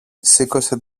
σήκωσε